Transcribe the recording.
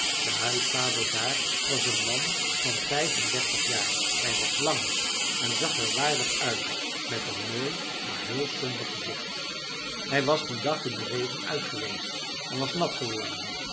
de huisvader daar was een man van vijf en dertig jaar hij was lang en zag er waardig uit met een mooi maar heel somber gezicht hij was dien dag in den regen uit geweest en was nat geworden